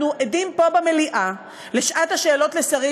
אנחנו עדים פה במליאה לשעת השאלות לשרים